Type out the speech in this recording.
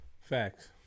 Facts